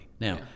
Now